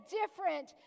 different